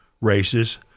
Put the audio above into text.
races